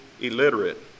illiterate